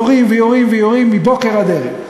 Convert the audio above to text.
יורים ויורים ויורים מבוקר עד ערב.